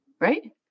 Right